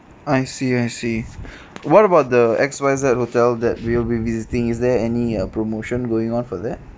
I see I see what about the X Y Z hotel that we'll be visiting is there any uh promotion going on for that